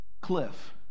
Cliff